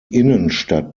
innenstadt